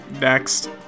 Next